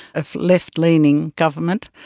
a left-leaning government,